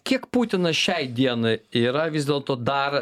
kiek putinas šiai dienai yra vis dėlto dar